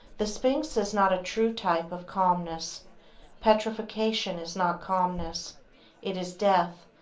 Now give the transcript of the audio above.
the sphinx is not a true type of calmness petrifaction is not calmness it is death,